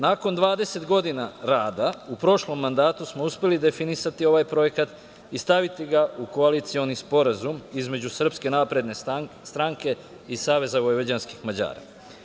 Nakon 20 godina rada, u prošlom mandatu smo uspeli definisati ovaj projekat i staviti ga u koalicioni sporazum između Srpske napredne stranke i Saveza vojvođanskih Mađara.